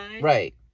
right